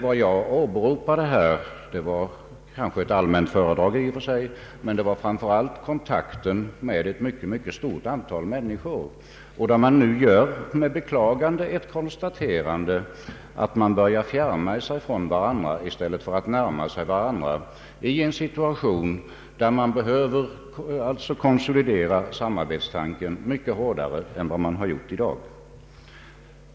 Vad jag åberopade här var kanske ett allmänt föredrag i och för sig, men framför allt var det kontakten med ett mycket stort antal människor som nu med beklagande konstaterar att man börjar fjärma sig från varandra i stället för att närma sig varandra i en situation där samarbetstanken behöver konsolideras mycket hårdare än vad som gjorts i dag.